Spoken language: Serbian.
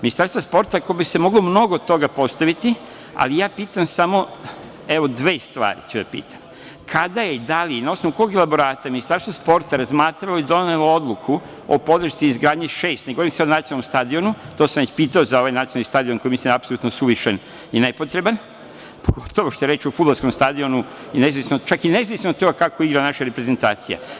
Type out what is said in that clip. Ministarstvo sporta o kome bi se moglo mnogo toga postaviti, ali pitam samo, evo dve stvari - kada je i da li i na osnovu kog elaborata je Ministarstvo sporta razmatralo i donelo odluku o podršci i izgradnji šest, ne govorim sada o nacionalnom stadionu, to sam već pitao za ovaj nacionalni stadion za koga mislim da je apsolutno suvišan i nepotreban, pogotovo što je reč o fudbalskom stadionu, čak i nezavisno od toga kako igra naša reprezentacija.